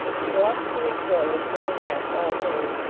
he walked to and fro, with little rest, all day,